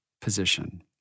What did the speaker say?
position